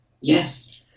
Yes